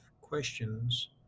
questions